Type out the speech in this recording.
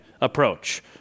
approach